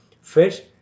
first